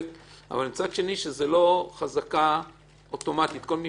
ומצד שני שזאת לא חזקה אוטומטית שכל מי